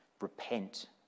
repent